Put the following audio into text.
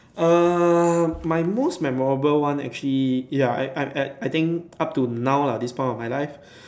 err my most memorable one actually ya I I I I think up to now lah this point in my life